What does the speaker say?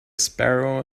sparrow